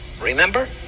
Remember